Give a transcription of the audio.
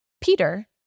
Peter